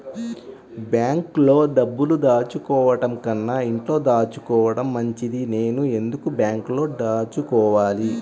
బ్యాంక్లో డబ్బులు దాచుకోవటంకన్నా ఇంట్లో దాచుకోవటం మంచిది నేను ఎందుకు బ్యాంక్లో దాచుకోవాలి?